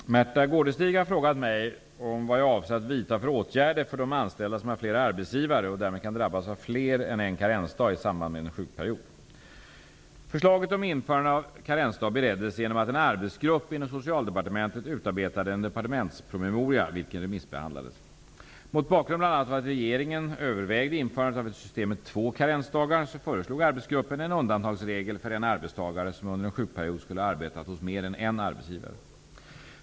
Herr talman! Märtha Gårdestig har frågat mig om vad jag avser att vidta för åtgärder för de anställda som har flera arbetsgivare och därmed kan drabbas av fler än en karensdag i samband med en sjukperiod. Socialdepartementet utarbetade en departementspromemoria, vilken remissbehandlades. Mot bakgrund bl.a. av att regeringen övervägde införande av ett system med två karensdagar föreslog arbetsgruppen en undantagsregel för en arbetstagare som under en sjukperiod skulle ha arbetat hos mer än en arbetsgivare.